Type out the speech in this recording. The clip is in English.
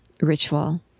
ritual